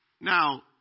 Now